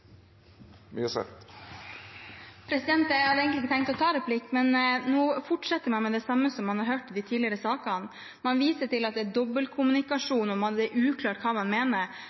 replikkordskifte. Jeg hadde egentlig ikke tenkt å ta replikk, men nå fortsetter man med det samme som man har hørt i de tidligere sakene. Man viser til at det er dobbeltkommunikasjon, og at det er uklart hva man mener.